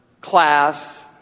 class